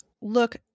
look